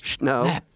no